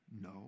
No